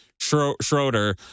Schroeder